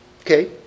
Okay